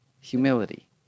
humility